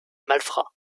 malfrats